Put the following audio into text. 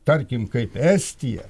tarkim kaip estija